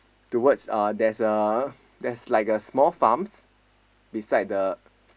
towards uh there's a there's like a small farms beside the